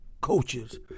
coaches